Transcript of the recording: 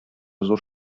зур